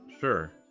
Sure